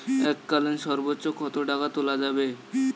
এককালীন সর্বোচ্চ কত টাকা তোলা যাবে?